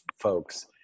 folks